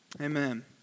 Amen